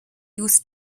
use